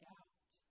out